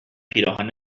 پیراهن